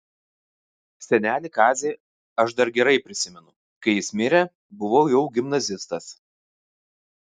senelį kazį aš dar gerai prisimenu kai jis mirė buvau jau gimnazistas